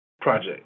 project